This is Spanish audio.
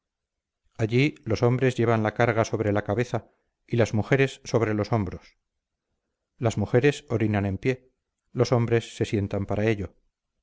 allí los hombres llevan la carga sobre la cabeza y las mujeres sobre los hombros las mujeres orinan en pie los hombres se sientan para ello